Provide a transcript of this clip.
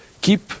keep